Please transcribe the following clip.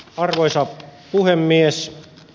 arvoisa puhemies